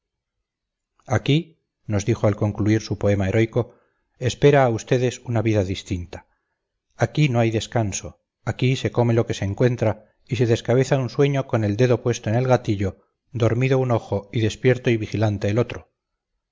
aquí nos dijo al concluir su poema heroico espera a ustedes una vida distinta aquí no hay descanso aquí se come lo que se encuentra y se descabeza un sueño con el dedo puesto en el gatillo dormido un ojo y despierto y vigilante el otro